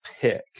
pick